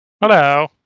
Hello